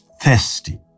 thirsty